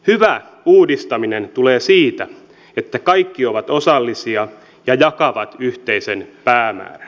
hyvä uudistaminen tulee siitä että kaikki ovat osallisia ja jakavat yhteisen päämäärän